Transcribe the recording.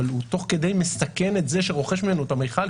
אבל הוא תוך כדי מסכן את זה שרוכש ממנו את המכל,